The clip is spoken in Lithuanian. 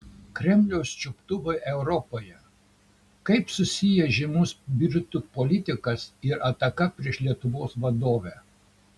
kremliaus čiuptuvai europoje kaip susiję žymus britų politikas ir ataka prieš lietuvos vadovę